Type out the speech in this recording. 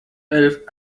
elf